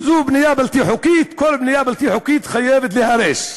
כל בנייה בלתי חוקית חייבת להיהרס.